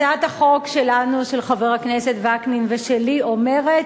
הצעת החוק שלנו, של חבר הכנסת וקנין ושלי, אומרת: